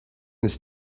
this